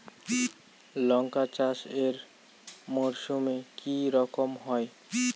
লঙ্কা চাষ এই মরসুমে কি রকম হয়?